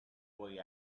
boy